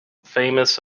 famous